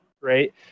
right